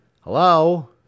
Hello